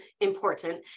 important